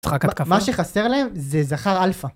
מה שחסר להם זה זכר אלפא.